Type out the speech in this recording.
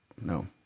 no